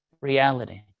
reality